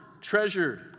treasured